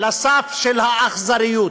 לסף של האכזריות.